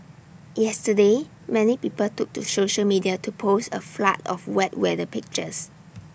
yesterday many people took to social media to post A flood of wet weather pictures